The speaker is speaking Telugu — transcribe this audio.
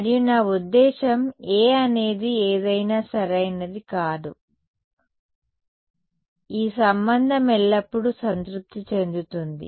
మరియు నా ఉద్దేశ్యం A అనేది ఏదైనా సరైనదని కాదు ఈ సంబంధం ఎల్లప్పుడూ సంతృప్తి చెందుతుంది